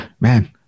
man